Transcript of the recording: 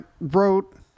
wrote